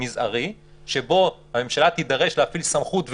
שבו הממשלה תידרש להפעיל סמכות,